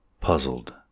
Puzzled